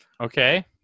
Okay